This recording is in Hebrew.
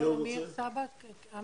אני